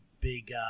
big